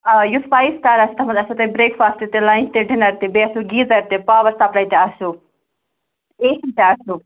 آ یُس five star آسہِ تَتھ منٛز آسِو تۄہہِ بریٚک فاسٹ تہِ لَنچ تہِ ڈِنَر تہِ بیٚیہِ آسِو گیٖزَر تہِ پاوَر سَپلاے تہِ آسِو اے سی تہِ آسِو